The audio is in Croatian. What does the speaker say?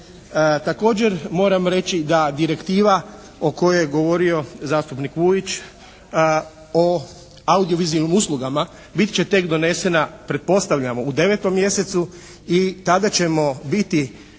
Također moram reći da direktiva o kojoj je govorio zastupnik Vujić o audio-vizualnim uslugama bit će tek donesena pretpostavljamo u 9. mjesecu i tada ćemo biti